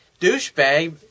douchebag